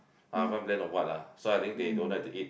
ah what bland or what lah so I think they don't like to eat